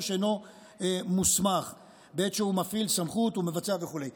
שאינו מוסמך בעת שהוא מפעיל סמכות או מבצע וכו'.